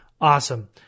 awesome